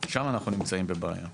שם אנחנו נמצאים בבעיה.